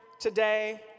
today